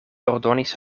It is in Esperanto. ordonis